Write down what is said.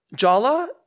jala